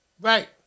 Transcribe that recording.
Right